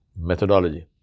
methodology